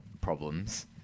problems